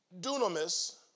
dunamis